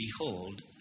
behold